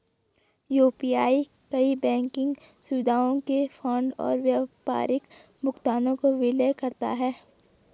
UPI कई banking सुविधाओं के फंड और व्यापारी भुगतानों को विलय करता है